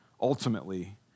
ultimately